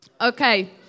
Okay